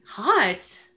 Hot